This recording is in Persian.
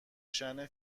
شأن